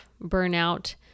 burnout